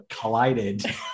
collided